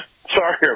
Sorry